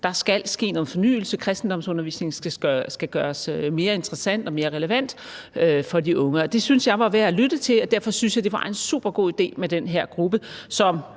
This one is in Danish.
der skal ske noget fornyelse, og at kristendomsundervisningen skal gøres mere interessant og mere relevant for de unge. Det syntes jeg var værd at lytte til, og derfor syntes jeg, det var en super god idé med den her gruppe, som